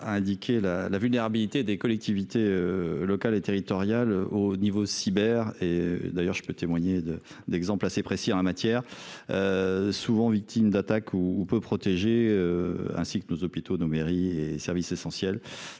a indiqué la la vulnérabilité des collectivités locales et territoriales au niveau cyber et d'ailleurs je peux témoigner de d'exemples assez précis en la matière. Souvent victimes d'attaques ou peu protéger. Ainsi que nos hôpitaux, nos mairies et services essentiels.